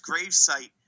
gravesite